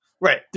Right